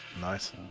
Nice